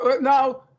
now